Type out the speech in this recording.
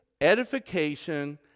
edification